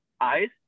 Ice